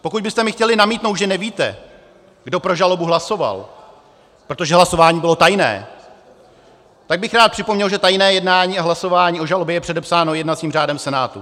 Pokud byste mi chtěli namítnout, že nevíte, kdo pro žalobu hlasoval, protože hlasování bylo tajné, tak bych rád připomněl, že tajné jednání a hlasování o žalobě je předepsáno jednacím řádem Senátu.